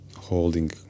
holding